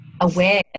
aware